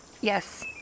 Yes